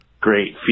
great